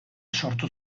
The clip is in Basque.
sortu